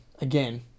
again